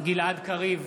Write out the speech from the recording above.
גלעד קריב,